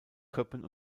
köppen